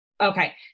Okay